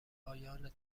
پایان